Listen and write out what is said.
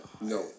No